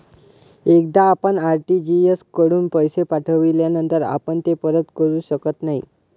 एकदा आपण आर.टी.जी.एस कडून पैसे पाठविल्यानंतर आपण ते परत करू शकत नाही